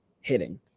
hitting